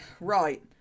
Right